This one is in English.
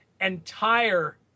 entire